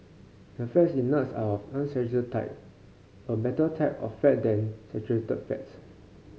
the fats in nuts are of unsaturated type a better type of fat than saturated fats